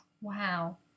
Wow